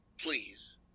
Please